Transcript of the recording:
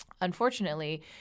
Unfortunately